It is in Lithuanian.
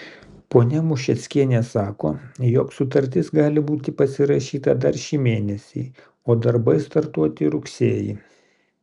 ponia mušeckienė sako jog sutartis gali būti pasirašyta dar šį mėnesį o darbai startuoti rugsėjį